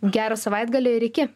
gero savaitgalio ir iki